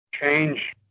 change